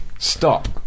Stop